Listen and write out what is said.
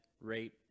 rate